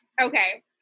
Okay